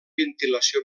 ventilació